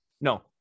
no